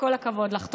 וכל הכבוד לך.